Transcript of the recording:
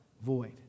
Void